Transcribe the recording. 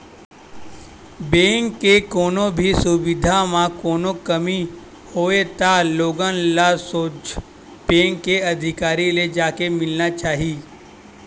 bank के कोनो भी सुबिधा म कोनो कमी हे त लोगन ल सोझ बेंक के अधिकारी ले जाके मिलना चाही